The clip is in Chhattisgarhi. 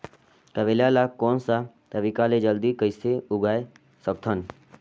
करेला ला कोन सा तरीका ले जल्दी कइसे उगाय सकथन?